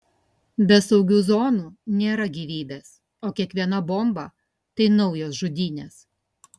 be saugių zonų nėra gyvybės o kiekviena bomba tai naujos žudynės